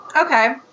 Okay